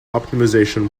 optimization